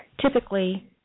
Typically